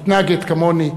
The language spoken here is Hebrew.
מתנגד כמוני,